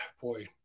boy